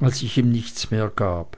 als ich ihm nichts mehr gab